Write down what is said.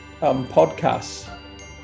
podcasts